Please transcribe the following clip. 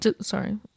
sorry